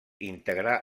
integrar